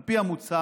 על פי המוצע,